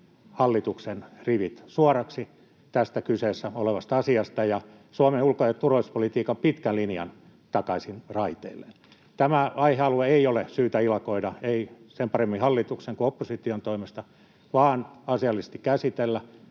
hallituksen rivit suoraksi tästä kyseessä olevasta asiasta ja Suomen ulko- ja turvallisuuspolitiikan pitkän linjan takaisin raiteilleen. Tällä aihealueella ei ole syytä ilakoida, ei sen paremmin hallituksen kuin oppositionkaan toimesta, vaan asiallisesti käsitellä,